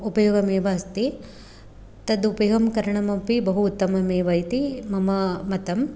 उपयोगमेव अस्ति तद् उपयोगं करणमपि बहु उत्तममेव इति मम मतं